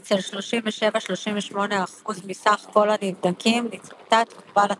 אצל 37-38% מסך כל הנבדקים נצפתה תגובה לטיפול.